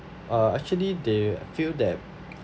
uh actually they feel that